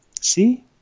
See